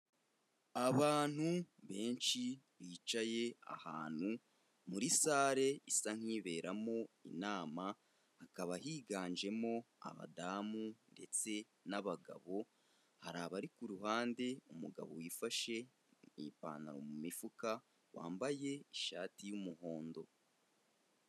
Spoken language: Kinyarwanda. Abantu benshi bicaye ahantu muri sale isa nk'iberamo inama, hakaba higanjemo abadamu ndetse n'abagabo. Hari abari ku ruhande umugabo wifashe mu ipantaro mu mifuka, wambaye ishati y'umuhondo.